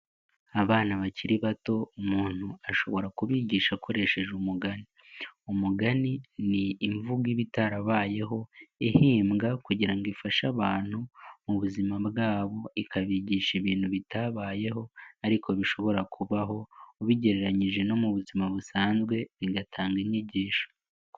Abana bakiri bato, umuntu ashobora kubigisha akoresheje umugani, umugani ni imvugo iba itarabayeho ihimbwa kugira ngo ifashe abantu mu buzima bwabo, ikabigisha ibintu bitabayeho ariko bishobora kubaho, ubigereranyije no mu buzima busanzwe bigatanga inyigisho.